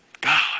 God